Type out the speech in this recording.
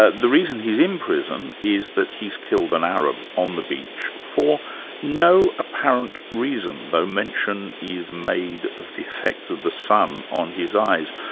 ah the reason he's in prison is that he's killed an arab on the beach for no apparent reason though mention is made of the effects of the sun on his eyes.